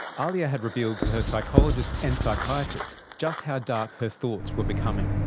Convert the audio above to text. ahlia had revealed to her psychologist and psychiatrist just how dark her thoughts were becoming.